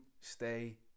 stay